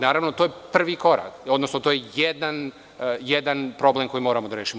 Naravno, to je prvi korak, odnosno to je jedan problem koji moramo da rešimo.